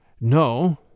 No